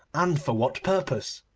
and for what purpose.